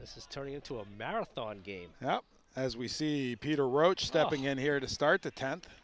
this is turning into a marathon game as we see peter roach stepping in here to start the tenth